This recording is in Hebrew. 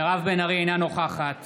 אינה נוכחת